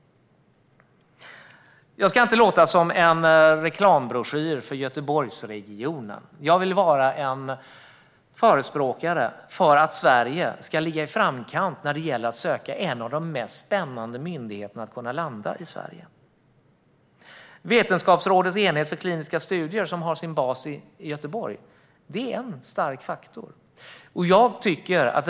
Jag ska inte låta som en reklambroschyr för Göteborgsregionen. Jag vill vara en förespråkare för att Sverige ska ligga i framkant när det gäller att ansöka om en av de mest spännande myndigheterna, så att den ska kunna landa i Sverige. Vetenskapsrådets enhet för kliniska studier, som har sin bas i Göteborg, är en stark faktor som talar för Sverige.